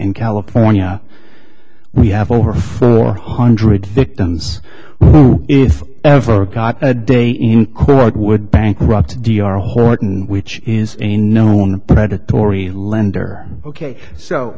in california we have over four hundred victims if ever caught a day in court would bankrupt d r horton which is a no one predatory lender ok so